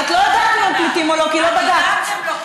ואת עושה שידור חי בפייסבוק,